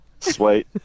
Sweet